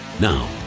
Now